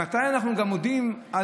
ממתי אנחנו מודים על